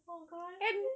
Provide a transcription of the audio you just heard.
oh gosh